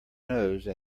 nose